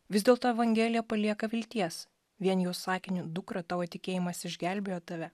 vis dėlto evangelija palieka vilties vien jau sakiniu dukra tavo tikėjimas išgelbėjo tave